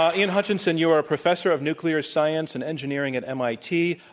ah ian hutchinson, you are a professor of nuclear science and engineering at mit.